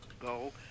go